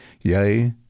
yea